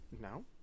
no